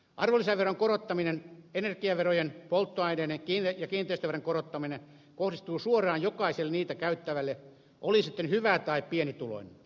arvonlisäveron korottaminen energiaverojen polttoaine ja kiinteistöveron korottaminen kohdistuvat suoraan jokaiselle niitä käyttävälle oli sitten hyvä tai pienituloinen